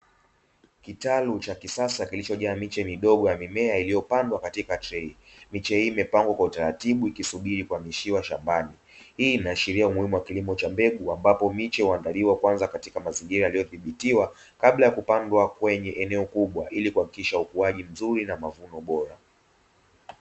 Kitalu chakisasa kilicho jaa miche midogo ya mimea iliyo pandwa katika trei, miche hii imepangwa kwa utaratibu ikisubiri kuhamishiwa shambani hii ina ashiria umuhimu wa kilimo cha mbegu ambapo miche huaandaliwa kwanza katika mazingira yaliyo zibitiwa, kabla ya kupandwa kwenye eneo kubwa ili kuhakikisha ukuaji mzuri na mavuno bora.